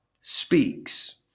speaks